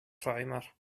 träumer